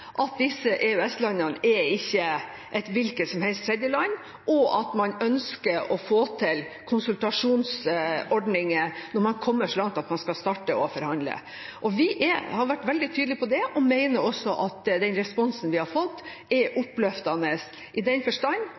ønsker å få til konsultasjonsordninger når man kommer så langt at man skal starte å forhandle. Vi har vært veldig tydelige på det og mener også at den responsen vi har fått, er oppløftende i den forstand